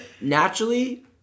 naturally